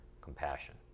compassion